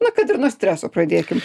na kad ir nuo streso pradėkim